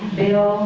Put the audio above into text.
bill